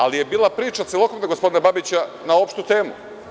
Ali, bila je priča celokupna gospodina Babića na opštu temu.